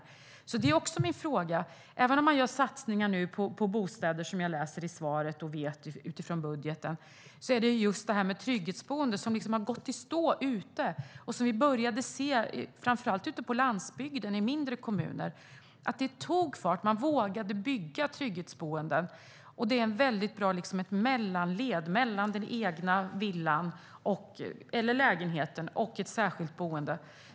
Det är därför också min fråga. Även om man gör satsningar på bostäder, vilket ministern säger i svaret och vilket jag vet utifrån budgeten, är det just det här med trygghetsboenden som har gått i stå där ute. Vi började se framför allt ute på landsbygden, i mindre kommuner, att det tog fart. Man vågade bygga trygghetsboenden. Det är ett väldigt bra mellanled mellan den egna villan eller lägenheten och ett särskilt boende.